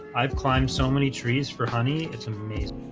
i've climbed so many trees for honey. it's amazing